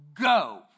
go